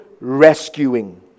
rescuing